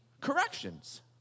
corrections